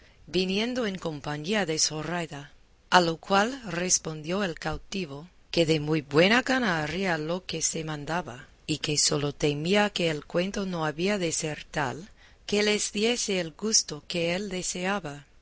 viniendo en compañía de zoraida a lo cual respondió el cautivo que de muy buena gana haría lo que se le mandaba y que sólo temía que el cuento no había de ser tal que les diese el gusto que él deseaba